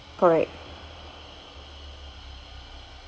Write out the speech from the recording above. correct